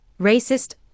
racist